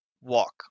walk